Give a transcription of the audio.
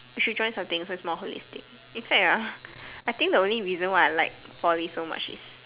you should join something so it's more holistic in fact ah I think the only reason I like Poly so much is